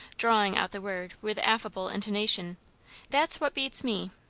drawing out the word with affable intonation that's what beats me.